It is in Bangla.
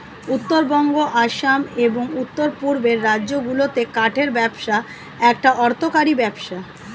উত্তরবঙ্গ, আসাম, এবং উওর পূর্বের রাজ্যগুলিতে কাঠের ব্যবসা একটা অর্থকরী ব্যবসা